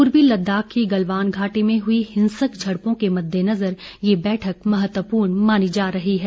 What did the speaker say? पूर्वी लद्दाख की गलवान वैली में हाल में हुई हिंसक झडपों के मद्देनजर यह बैठक महत्वपूर्ण मानी जा रही हैं